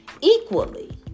equally